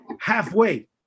halfway